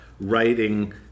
writing